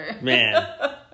Man